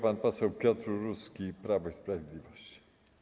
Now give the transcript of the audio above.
Pan poseł Piotr Uruski, Prawo i Sprawiedliwość.